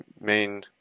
main